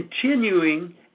continuing